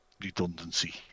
redundancy